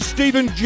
Stephen